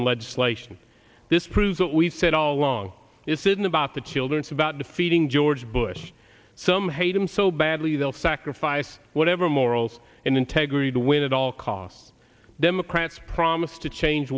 legislation this proves what we've said all along is hidden about the children so about defeating george bush some hate him so badly they'll sacrifice whatever morals and integrity to win at all costs democrats promised to change